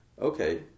Okay